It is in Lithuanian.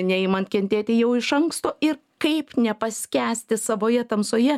neimant kentėti jau iš anksto ir kaip nepaskęsti savoje tamsoje